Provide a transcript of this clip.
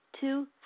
Two